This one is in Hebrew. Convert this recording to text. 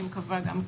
אני מקווה גם כן,